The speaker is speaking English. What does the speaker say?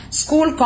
school